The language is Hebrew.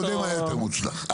הקודם היה יותר מוצלח.